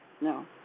No